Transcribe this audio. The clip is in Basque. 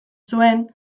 zuen